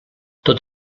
tot